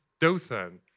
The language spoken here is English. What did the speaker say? Dothan